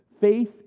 Faith